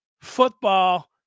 football